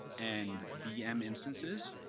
and vm instances.